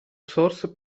source